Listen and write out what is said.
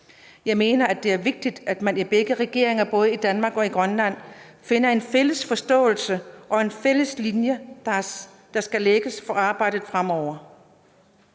Jeg mener, at det er vigtigt, at man i begge regeringer, både i Danmark og i Grønland, finder en fælles forståelse og en fælles linje for arbejdet fremover.